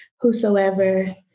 whosoever